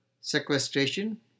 sequestration